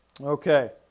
Okay